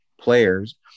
players